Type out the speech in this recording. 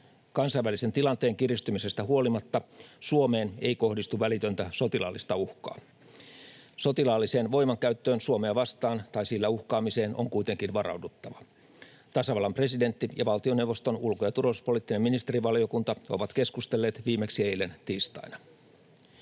Kansainvälisen tilanteen kiristymisestä huolimatta Suomeen ei kohdistu välitöntä sotilaallista uhkaa. Sotilaalliseen voimankäyttöön Suomea vastaan tai sillä uhkaamiseen on kuitenkin varauduttava. Tasavallan presidentti ja valtioneuvoston ulko- ja turvallisuuspoliittinen ministerivaliokunta ovat keskustelleet viimeksi eilen tiistaina.